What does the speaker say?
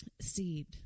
seed